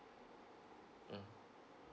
mm